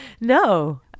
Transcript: no